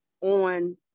on